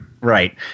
Right